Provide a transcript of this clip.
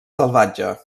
salvatge